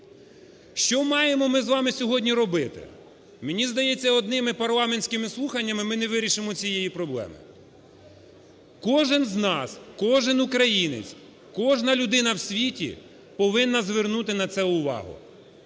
Що маємо ми з вами сьогодні робити? Мені здається, одними парламентськими слуханнями ми не вирішимо цієї проблеми. Кожен з нас, кожен українець, кожна людина в світі повинна звернути на це увагу.